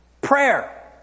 Prayer